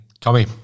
Tommy